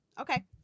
okay